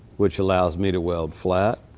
which allows me to weld flat,